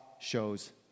shows